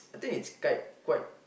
I think is quite quite